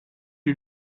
you